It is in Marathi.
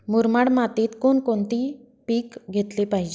मुरमाड मातीत कोणकोणते पीक घेतले पाहिजे?